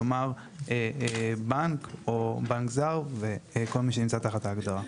כלומר, בנק או בנק זר וכל מי שנמצא תחת ההגדרה.